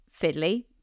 fiddly